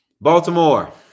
Baltimore